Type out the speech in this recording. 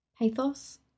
pathos